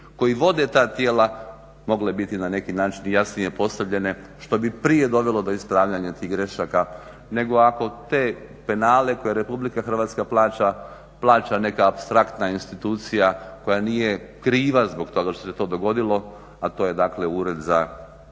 koji vode ta tijela mogle biti na neki način jasnije postavljene što bi prije dovelo do ispravljanja tih grešaka nego ako te penale koje Republika Hrvatska plaća, plaća neka apstraktna institucija koja nije kriva zbog toga što se to dogodilo, a to je dakle Ured za